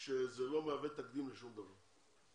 שזה לא מהווה תקדים לשום דבר,